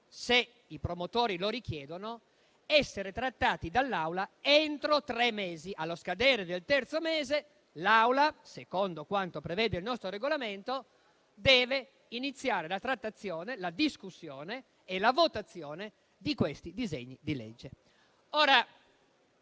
se i promotori lo richiedono, debbono essere trattati dall'Assemblea entro tre mesi; allo scadere del terzo mese, secondo quanto prevede il nostro Regolamento, l'Assemblea deve iniziare la discussione e la votazione di questi disegni di legge.